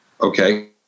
Okay